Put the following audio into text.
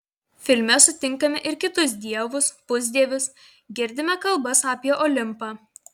filme sutinkame ir kitus dievus pusdievius girdime kalbas apie olimpą